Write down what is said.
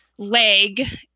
Leg